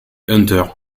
hunter